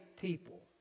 people